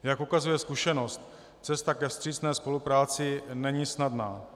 Jak ukazuje zkušenost, cesta ke vstřícné spolupráci není snadná.